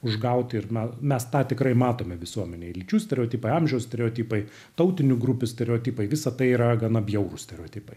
užgauti ir na mes tą tikrai matome visuomenėje lyčių stereotipai amžių stereotipai tautinių grupių stereotipai visa tai yra gana bjaurūs stereotipai